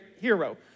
hero